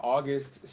August